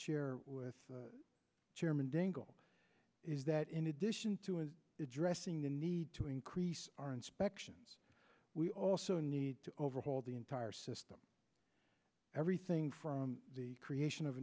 share with chairman dingell is that in addition to his addressing the need to increase our inspections we also need to overhaul the entire system everything from the creation of